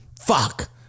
fuck